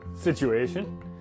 situation